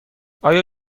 آیا